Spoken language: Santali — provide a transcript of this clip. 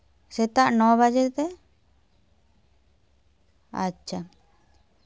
ᱥᱮᱛᱟᱜ ᱱᱚ ᱵᱟᱡᱮ ᱛᱮ ᱟᱪᱪᱷᱟ